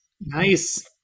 nice